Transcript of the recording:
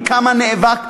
כמה נאבק,